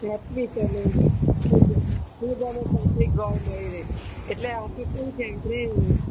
સાત્વિક અને શુદ્ધ બધાને સાત્વિક ગોળ મળી રહે એટલે આ તો કેવું છે એટલે